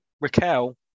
Raquel